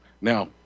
Now